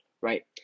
right